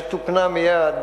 שתוקנה מייד,